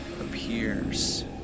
appears